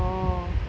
orh